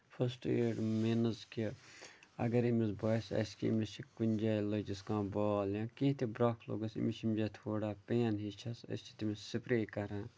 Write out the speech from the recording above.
first aid means کہِ اَگر أمِس باسہِ اَسہِ کہِ أمِس چھِ کُنہِ جایہِ لٔجِس کانٛہہ بال یا کیٚنٛہہ تہِ پرٛاکٹ گژھیٚس أمِس چھِ اَمہِ جایہِ تھوڑا پین ہِش چھس أسۍ چھِ تٔمِس سِپرے کران